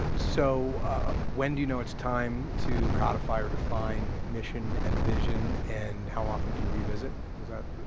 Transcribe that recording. ah so when do you know it's time to codify or define mission and vision and how often do you revisit?